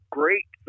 great